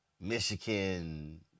Michigan